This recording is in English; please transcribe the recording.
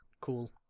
cool